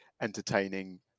entertaining